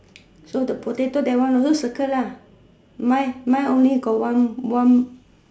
so the potato that one also circle lah mine mine only got one one